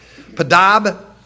padab